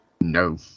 No